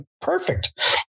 perfect